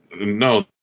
No